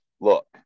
look